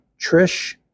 Trish